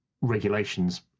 Regulations